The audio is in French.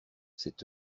cette